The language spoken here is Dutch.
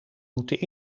moeten